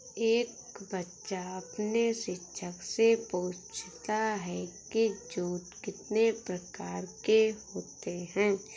एक बच्चा अपने शिक्षक से पूछता है कि जूट कितने प्रकार के होते हैं?